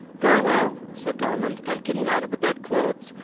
very well, said diamond and getting out of the bed-clothes,